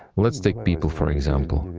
let's take people for example,